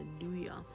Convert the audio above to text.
hallelujah